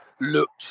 looked